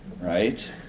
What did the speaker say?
Right